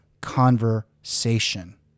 conversation